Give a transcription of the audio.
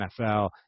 NFL